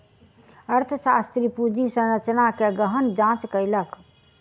अर्थशास्त्री पूंजी संरचना के गहन जांच कयलक